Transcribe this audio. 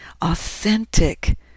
authentic